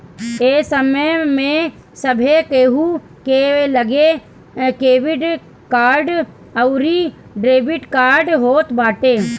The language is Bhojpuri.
ए समय में सभे केहू के लगे क्रेडिट कार्ड अउरी डेबिट कार्ड होत बाटे